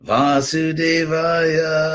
Vasudevaya